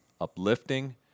uplifting